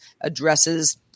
addresses